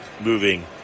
moving